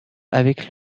avec